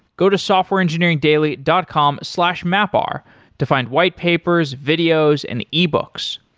go to softwareengineeringdaily dot com slash mapr to find whitepapers, videos and ebooks.